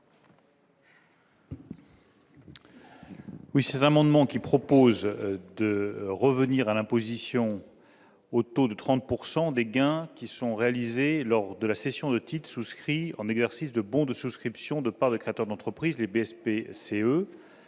Cet amendement vise à maintenir l'imposition au taux de 30 % des gains réalisés lors de la cession de titres souscrits en exercice de bons de souscription de parts de créateurs d'entreprise, les BSPCE,